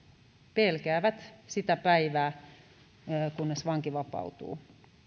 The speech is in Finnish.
pelkäävät sitä päivää kun vanki vapautuu